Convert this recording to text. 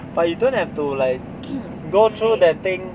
but you don't have to like go through that thing